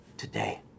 today